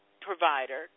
provider